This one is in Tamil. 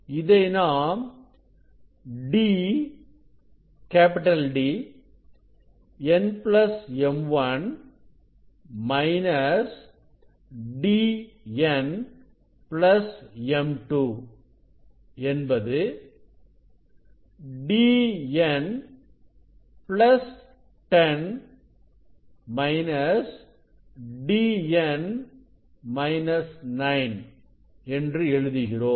இதை நாம் D n m 1 D n m 2 என்பது Dn 10 Dn 9என்று எழுதுகிறோம்